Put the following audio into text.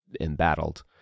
embattled